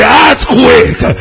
earthquake